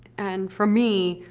and for me,